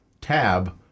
tab